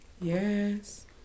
Yes